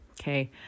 okay